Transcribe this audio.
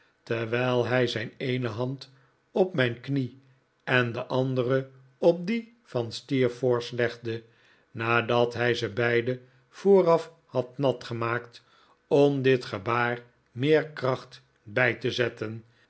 terwijl hij zijn eene hand op mijn knie en de andere op die van steerforth legde nadat hij ze beide vooraf had natgemaakt om dit gebaar meer kracht bij te zetten